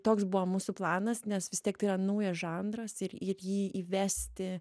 toks buvo mūsų planas nes vis tiek tai yra naujas žanras ir ir jį įvesti